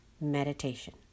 Meditation